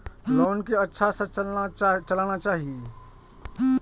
Loan के अच्छा से चलाना चाहि?